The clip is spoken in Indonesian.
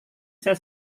saya